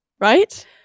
right